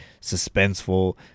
suspenseful